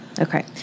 Okay